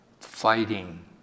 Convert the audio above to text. fighting